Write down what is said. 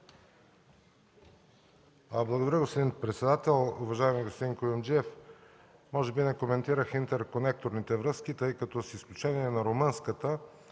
Благодаря, господин председател. Уважаеми господин Куюмджиев, може би не коментирах интерконекторните връзки, тъй като с изключение на румънската,